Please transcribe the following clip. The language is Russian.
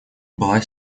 была